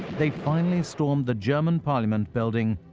they finally stormed the german parliament building,